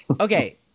Okay